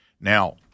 Now